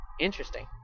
Interesting